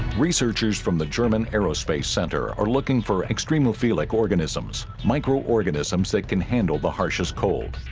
researchers from the german aerospace center are looking for extremely feel like organisms microorganisms that can handle the harshest cold